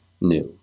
new